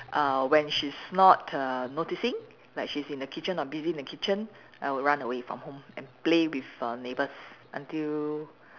uh when she's not err noticing like she's in the kitchen or busy in the kitchen I will run away from home and play with our neighbours until